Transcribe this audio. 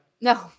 No